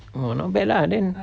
oh not bad lah then